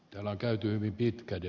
täällä käyty hyvin pitkälti